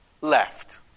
left